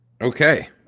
Okay